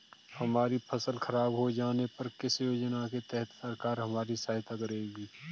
हमारी फसल खराब हो जाने पर किस योजना के तहत सरकार हमारी सहायता करेगी?